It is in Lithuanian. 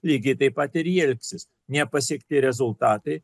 lygiai taip pat ir jie elgsis nepasiekti rezultatai